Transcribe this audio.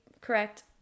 correct